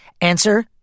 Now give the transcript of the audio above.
Answer